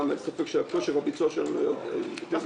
אין ספק שכושר הביצוע שלנו היום היה טוב יותר.